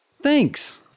Thanks